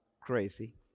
crazy